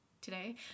Today